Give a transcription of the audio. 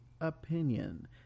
Opinion